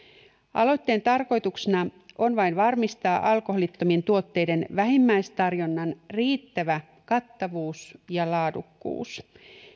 aloitteen tarkoituksena on vain varmistaa alkoholittomien tuotteiden vähimmäistarjonnan riittävä kattavuus ja laadukkuus